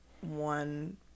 one